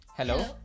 Hello